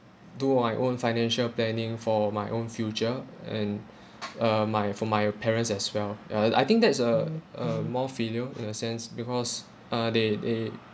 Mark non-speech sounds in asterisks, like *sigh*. do my own financial planning for my own future and *breath* uh my for my parents as well ya I I think that's a a more filial in a sense because uh they they